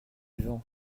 vent